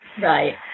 Right